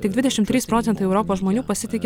tik dvidešim trys procentai europos žmonių pasitiki